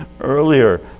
earlier